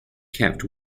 kept